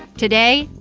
today,